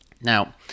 Now